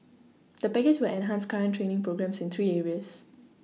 the package will enhance current training programmes in three areas